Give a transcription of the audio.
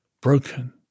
broken